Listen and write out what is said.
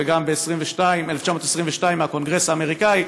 וגם ב-1922 מהקונגרס האמריקני.